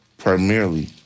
Primarily